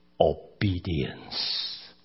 obedience